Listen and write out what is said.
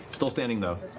still standing, though.